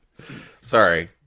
Sorry